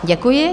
Děkuji.